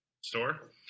store